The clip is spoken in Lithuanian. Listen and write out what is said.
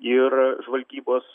ir žvalgybos